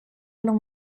los